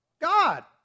God